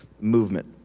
movement